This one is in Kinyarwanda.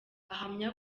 ahamya